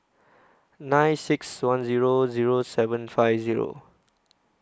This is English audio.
nine six one Zero Zero seven five Zero